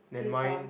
too soft